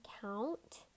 count